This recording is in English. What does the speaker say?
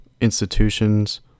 institutions